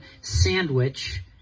sandwich